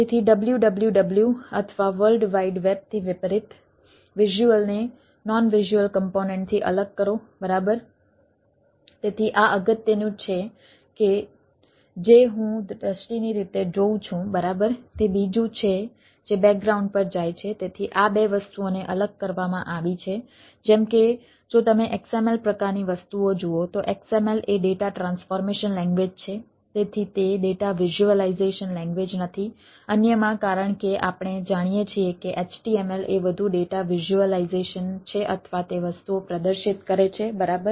તેથી www અથવા world wide વેબથી વિપરીત વિઝ્યુઅલ નથી અન્યમાં કારણ કે આપણે જાણીએ છીએ કે html એ વધુ ડેટા વિઝ્યુલાઇઝેશન છે અથવા તે વસ્તુઓ પ્રદર્શિત કરે છે બરાબર